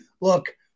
Look